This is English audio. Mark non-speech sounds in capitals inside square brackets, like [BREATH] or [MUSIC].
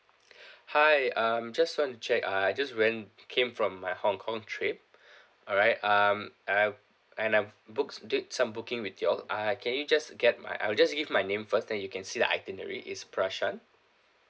[BREATH] hi um just want to check uh I just went came from my hong kong trip [BREATH] alright um I and I booked did some booking with you all uh can you just get my I will just give my name first then you can see the itinerary it's prashan